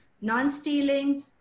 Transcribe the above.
non-stealing